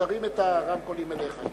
תרים את הרמקולים אליך.